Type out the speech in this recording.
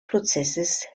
prozesses